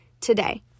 today